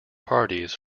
parties